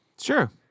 Sure